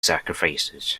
sacrifices